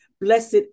blessed